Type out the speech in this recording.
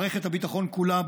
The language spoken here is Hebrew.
מערכת הביטחון כולה,